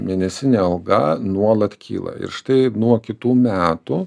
mėnesinė alga nuolat kyla ir štai nuo kitų metų